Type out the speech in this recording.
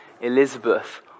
Elizabeth